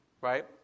right